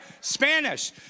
Spanish